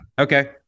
Okay